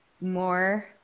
More